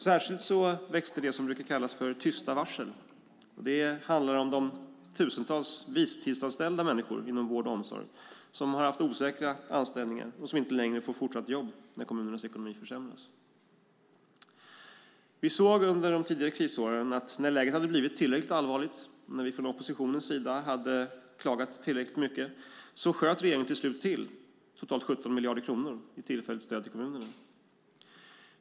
Särskilt växte det som brukar kallas "tysta varsel". Det handlar om de tusentals visstidsanställda människor inom vård och omsorg som har haft osäkra anställningar och inte längre får fortsatt jobb när kommunernas ekonomi försämras. Vi såg under de tidigare krisåren att när läget hade blivit tillräckligt allvarligt och när vi från oppositionens sida hade klagat tillräckligt mycket sköt regeringen till slut till totalt 17 miljarder kronor i tillfälligt stöd till kommunerna.